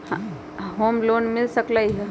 Home loan मिल सकलइ ह?